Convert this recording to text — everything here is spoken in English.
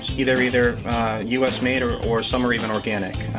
either either u s. made or or some are even organic.